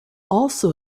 also